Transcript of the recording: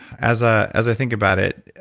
as ah as i think about it,